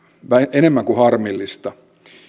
enemmän kuin harmillista